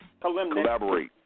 Collaborate